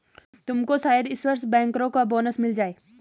तुमको शायद इस वर्ष बैंकरों का बोनस मिल जाए